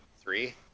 three